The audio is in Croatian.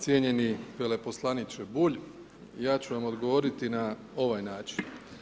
Cijenjeni veleposlaniče Bulj, ja ću vam odgovoriti na ovaj način.